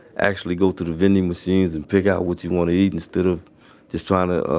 actually go to the vending machines and pick out what you wanna eat instead of just tryna, ah,